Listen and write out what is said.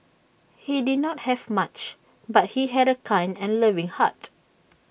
he did not have much but he had A kind and loving heart